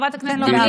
חברת הנכנסת גמליאל,